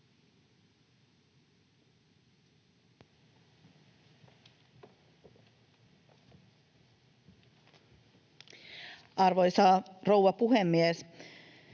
Arvoisa rouva puhemies!